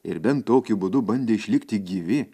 ir bent tokiu būdu bandė išlikti gyvi